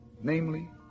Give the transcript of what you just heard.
namely